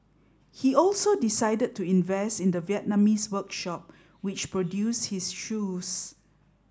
he also decided to invest in the Vietnamese workshop which produced his shoes